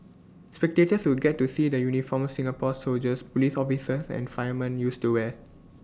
spectators will get to see the uniforms Singapore's soldiers Police officers and firemen used to wear